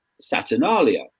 Saturnalia